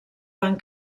van